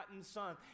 son